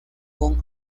con